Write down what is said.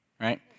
right